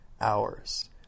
hours